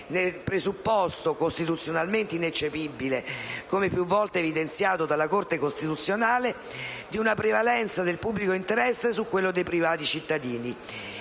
nel presupposto - costituzionalmente ineccepibile, come più volte evidenziato dalla Corte costituzionale - di una prevalenza del pubblico interesse su quello dei privati cittadini